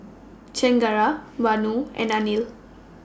Chengara Vanu and Anil